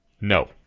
no